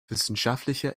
wissenschaftliche